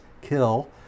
kill